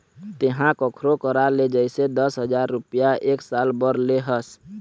तेंहा कखरो करा ले जइसे दस हजार रुपइया एक साल बर ले हस